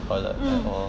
mm